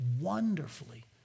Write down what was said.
wonderfully